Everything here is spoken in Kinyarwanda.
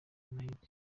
mahirwe